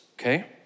okay